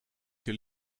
jij